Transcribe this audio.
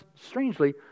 strangely